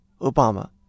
Obama